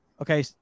Okay